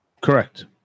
Correct